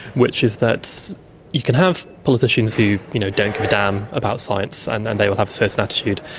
which is that you can have politicians who you know don't give a damn about science and and they will have a certain attitude,